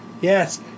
Yes